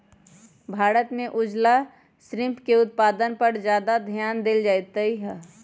भारत में उजला श्रिम्फ के उत्पादन पर ज्यादा ध्यान देवल जयते हई